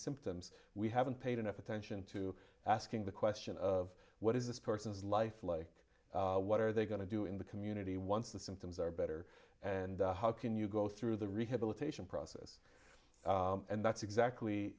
symptoms we haven't paid enough attention to asking the question of what is this person's life like what are they going to do in the community once the symptoms are better and how can you go through the rehabilitation process and that's exactly